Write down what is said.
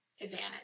advantage